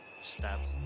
stabs